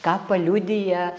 ką paliudija